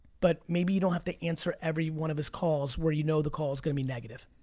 but maybe you don't have to answer every one of his calls where you know the call's gonna be negative.